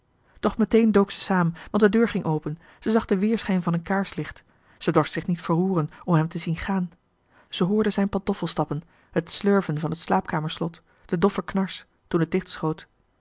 doch meteen dook ze saam want de deur ging open ze zag den weerschijn van een kaarslicht ze dorst zich niet verroeren om hem te zien gaan ze hoorde zijn pantoffelstappen het slurven van het slaapkamerslot den doffen knars toen het